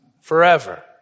forever